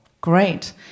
Great